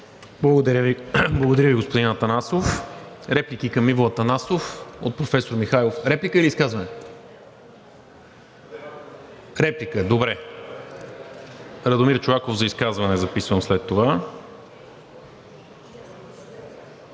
Благодаря Ви, господин Атанасов. Реплики към Иво Атанасов? От професор Михайлов. Реплика или изказване? Реплика, добре. Радомир Чолаков – за изказване е записан след това.